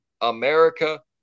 America